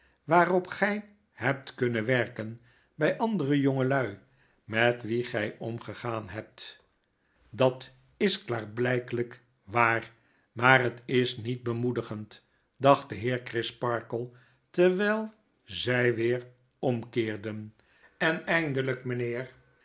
waarop gij hebt kunnen werken bij andere jongelui met wie gij omgegaan hebt dat is klaarblijkelijk waar maar het is niet bemoedigend dacht de heer crisparkle terwijl zij weer omkeerden en eindelyk mynheer